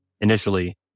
Initially